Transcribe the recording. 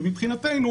מבחינתנו,